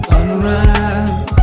Sunrise